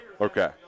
Okay